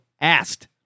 asked